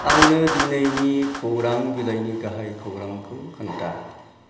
आंनो दिनैनि खौरां बिलाइनि गाहाय खौरांखौ खोन्था